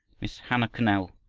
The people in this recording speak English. miss hannah connell,